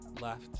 left